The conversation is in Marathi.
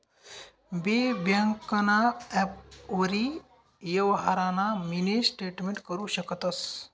बी ब्यांकना ॲपवरी यवहारना मिनी स्टेटमेंट करु शकतंस